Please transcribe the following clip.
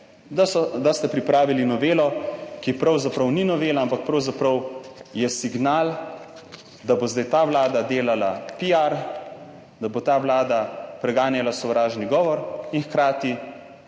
da ste pripravili novelo, ki pravzaprav ni novela, ampak pravzaprav je signal, da bo zdaj ta vlada delala piar, da bo ta vlada preganjala sovražni govor in hkrati,